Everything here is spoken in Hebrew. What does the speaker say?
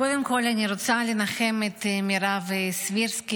קודם כול, אני רוצה לנחם את מירב סבירסקי,